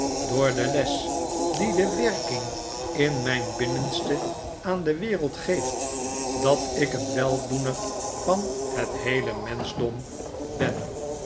door de les die de werking in mijn binnenste aan de wereld geeft dat ik een weldoener van het heele menschdom ben